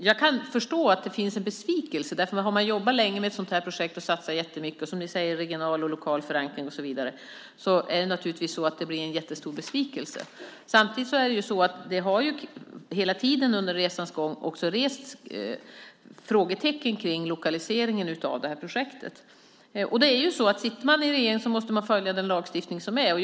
Herr talman! Jag kan förstå att det finns en besvikelse. Har man jobbat länge med ett sådant här projekt och satsat jättemycket och som ni säger har lokal och regional förankring och så vidare blir det naturligtvis en jättestor besvikelse. Samtidigt är det så att det hela tiden under resans gång har rests frågetecken kring lokaliseringen av projektet. Sitter man i regeringen måste man följa den lagstiftning som finns.